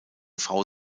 frau